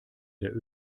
der